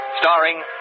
starring